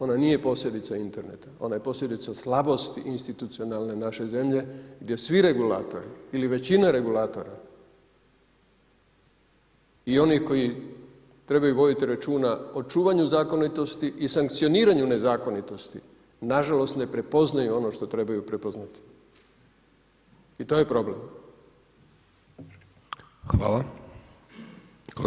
Ona nije posljedica interneta, ona je posljedica slabosti institucionalne naše zemlje svi regulatori ili većina regulatora i onih koji trebaju voditi računa o čuvanju zakonitosti i sankcioniranju nezakonitosti, nažalost ne prepoznaju ono što trebaju prepoznati i to je problem.